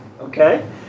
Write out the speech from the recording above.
okay